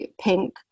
pink